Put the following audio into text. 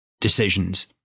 decisions